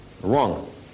wrong